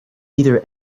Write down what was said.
either